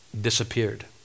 disappeared